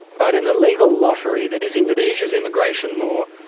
but in the legal lottery that is indonesia's immigration law,